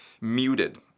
muted